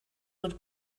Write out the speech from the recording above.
would